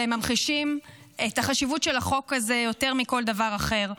והם ממחישים את החשיבות של החוק הזה יותר מכל דבר אחר.